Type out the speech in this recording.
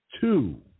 two